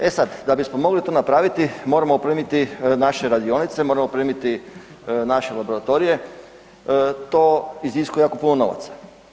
E sad, da bismo mogli to napraviti moramo opremiti naše radionice, moramo opremiti naše laboratorije to iziskuje jako puno novaca.